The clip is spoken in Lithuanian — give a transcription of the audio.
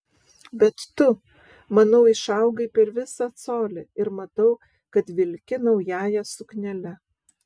bet tu manau išaugai per visą colį ir matau kad vilki naująja suknele